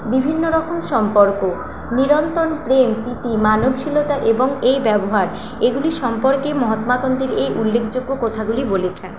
বিভিন্ন রকম সম্পর্ক নিরন্তন প্রেম প্রীতি মানবশীলতা এবং এই ব্যবহার এগুলি সম্পর্কে মহাত্মা গান্ধীর এই উল্লেখযোগ্য কথাগুলি বলেছেন